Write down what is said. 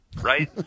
right